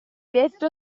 detto